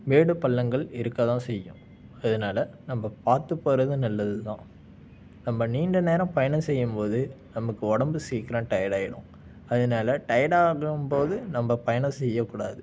மேடு பள்ளங்கள் இருக்க தான் செய்யும் அதனால நம்மை பார்த்து போகிறதும் நல்லது தான் நம்ம நீண்ட நேரம் பயணம் செய்யும்போது நமக்கு உடம்பு சீக்கிரம் டையர்டாகிடும் அதனால டையார்டாகும்போது நம்ம பயணம் செய்யக்கூடாது